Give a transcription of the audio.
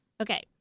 Okay